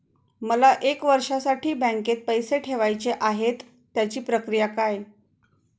मला एक वर्षासाठी बँकेत पैसे ठेवायचे आहेत त्याची प्रक्रिया काय?